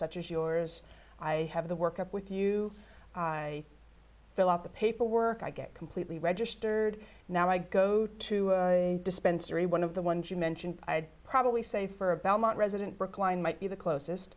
such as yours i have the work up with you i fill out the paperwork i get completely registered now i go to a dispensary one of the ones you mention i'd probably say for belmont resident brookline might be the closest